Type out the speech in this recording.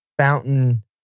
Fountain